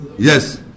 Yes